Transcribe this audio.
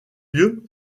lieu